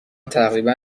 تقریبا